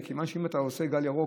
מכיוון שאם אתה עושה גל ירוק,